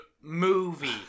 movie